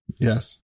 Yes